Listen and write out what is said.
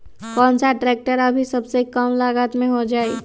कौन सा ट्रैक्टर अभी सबसे कम लागत में हो जाइ?